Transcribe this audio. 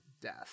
death